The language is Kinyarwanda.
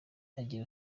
agira